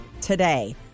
today